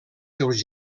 seus